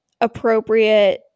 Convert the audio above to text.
appropriate